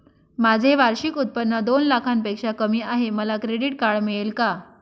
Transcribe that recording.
माझे वार्षिक उत्त्पन्न दोन लाखांपेक्षा कमी आहे, मला क्रेडिट कार्ड मिळेल का?